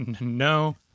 no